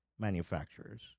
manufacturers